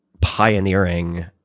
pioneering